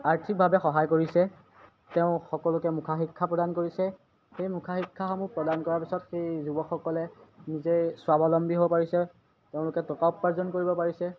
আৰ্থিকভাৱে সহায় কৰিছে তেওঁ সকলোকে মুখা শিক্ষা প্ৰদান কৰিছে সেই মুখা শিক্ষাসমূহ প্ৰদান কৰাৰ পিছত সেই যুৱকসকলে নিজেই স্বাৱলম্বী হ'ব পাৰিছে তেওঁলোকে টকা উপাৰ্জন কৰিব পাৰিছে